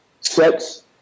Sex